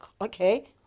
okay